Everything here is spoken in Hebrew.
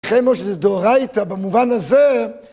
כמו שזה דורה איתה במובן הזה